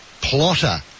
plotter